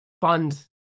fund